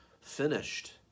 finished